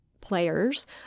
players